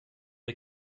der